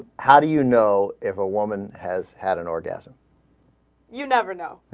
how do you know ever woman has had an orgasm you never know